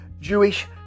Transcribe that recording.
Jewish